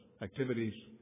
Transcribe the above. Activities